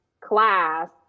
class